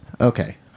Okay